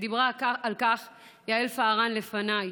ודיברה על כך יעל פארן לפניי.